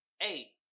hey